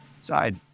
side